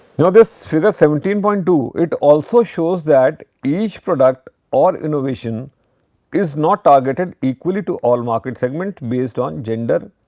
now, this figure seventeen point two. it also shows that each product or innovation is not targeted equally to all market segment based on gender,